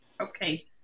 Okay